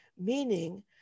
meaning